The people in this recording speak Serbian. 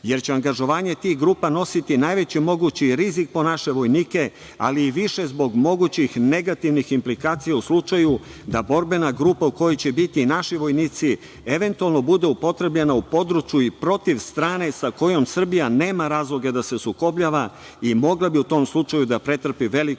jer će angažovanje tih grupa nositi najveći mogući rizik po naše vojnike, ali više zbog mogućih negativnih implikacija u slučaju da borbena grupa u kojoj će biti naši vojnici eventualno bude upotrebljena u području i protiv strane sa kojom Srbija nema razloga da se sukobljava i mogla bi u tom slučaju da pretrpi veliku